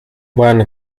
when